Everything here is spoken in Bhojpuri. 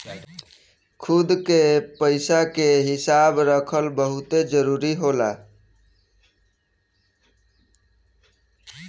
खुद के पइसा के हिसाब रखल बहुते जरूरी होला